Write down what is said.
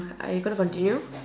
are you gonna continue